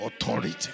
authority